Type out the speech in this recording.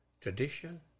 tradition